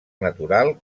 natural